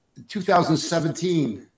2017